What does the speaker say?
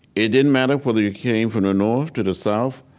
it didn't matter whether you came from the north to the south,